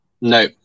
No